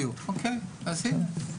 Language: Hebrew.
האוצר,